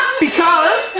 because,